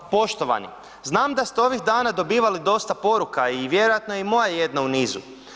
Poštovani, znam da ste ovim dana dobivali dosta poruka i vjerojatno i moja je jedna u nizu.